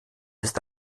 ist